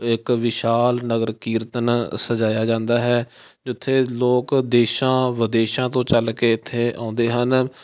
ਇੱਕ ਵਿਸ਼ਾਲ ਨਗਰ ਕੀਰਤਨ ਸਜਾਇਆ ਜਾਂਦਾ ਹੈ ਜਿੱਥੇ ਲੋਕ ਦੇਸ਼ਾਂ ਵਿਦੇਸ਼ਾਂ ਤੋਂ ਚੱਲ ਕੇ ਇੱਥੇ ਆਉਂਦੇ ਹਨ